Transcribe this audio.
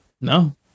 no